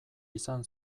izan